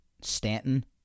Stanton